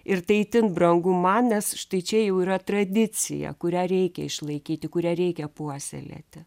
ir tai itin brangu man nes štai čia jau yra tradicija kurią reikia išlaikyti kurią reikia puoselėti